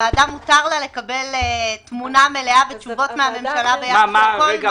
לוועדה מותר לקבל תמונה מלאה ותשובות מהממשלה ביחס לכל --- רגע,